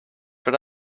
but